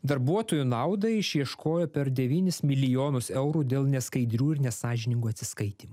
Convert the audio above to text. darbuotojų naudai išieškojo per devynis milijonus eurų dėl neskaidrių ir nesąžiningų atsiskaitymų